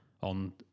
on